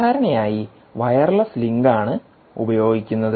സാധാരണയായി വയർലെസ് ലിങ്കാണ് ഉപയോഗിക്കുന്നത്